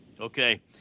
Okay